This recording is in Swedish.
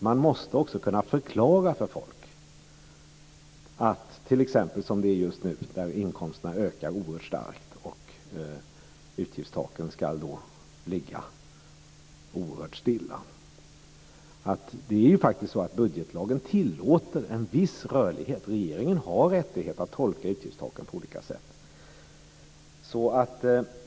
Man måste också kunna förklara för folk, som det är just nu när inkomsterna ökar oerhört starkt och utgiftstaken ska ligga oerhört stilla, att budgetlagen faktiskt tillåter en viss rörlighet. Regeringen har rättighet att tolka utgiftstaken på olika sätt.